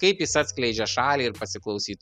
kaip jis atskleidžia šalį ir pasiklausytų